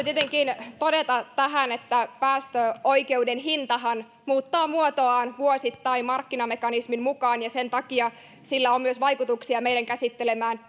tietenkin todeta tähän että päästöoikeuden hintahan muuttaa muotoaan vuosittain markkinamekanismin mukaan ja sen takia sillä on myös vaikutuksia meidän käsittelemäämme